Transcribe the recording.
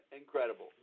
incredible